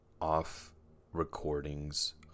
off-recordings